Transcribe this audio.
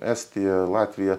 estija latvija